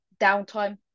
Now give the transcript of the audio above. downtime